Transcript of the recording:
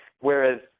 whereas